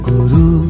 Guru